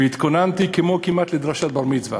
והתכוננתי כמעט כמו לדרשת בר-מצווה,